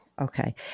Okay